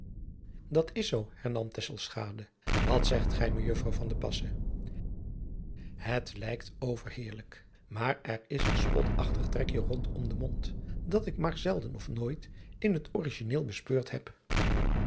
at is zoo hernam wat zegt gij ejuffrouw et lijkt overheerlijk maar er is een spotachtig trekje rondom den mond dat ik maar zelden of nooit in het origineel bespeurd heb